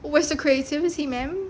where's the creativity man